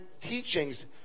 teachings